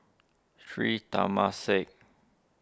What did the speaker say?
Sri Temasek